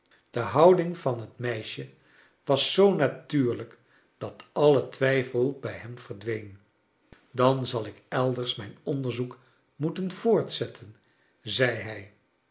de houding van het meisje was zoo natuurlijk dat al'le twijfel bij hem verdween dan zal ik elders mijn onderzoek moeten voortzetten zei hij